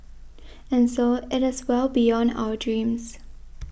and so it is well beyond our dreams